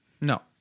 No